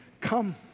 come